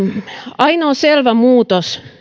ainoa selvä muutos